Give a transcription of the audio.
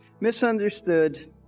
Misunderstood